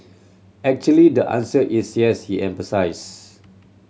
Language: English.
actually the answer is yes he emphasised